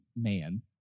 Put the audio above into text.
man